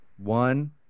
one